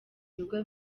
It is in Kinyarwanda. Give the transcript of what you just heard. bigo